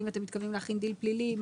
האם אתם מתכוונים להחיל דין פלילי?